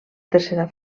tercera